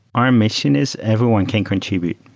our mission is everyone can contribute,